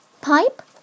Pipe